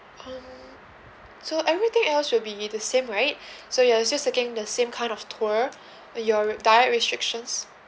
um so everything else will be at the same right so ya just looking at the same kind of tour your re~ diet restrictions